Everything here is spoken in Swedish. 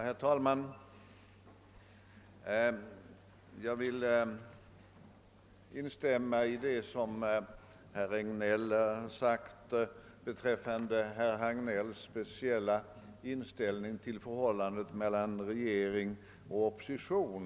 Herr talman! Jag vill instämma i det som herr Regnéll sade beträffande herr Hagnells speciella inställning till förhållandet mellan regering och opposition.